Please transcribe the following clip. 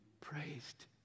praised